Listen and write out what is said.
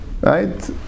right